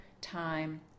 time